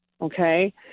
Okay